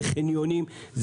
בחניונים,